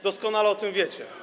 Doskonale o tym wiecie.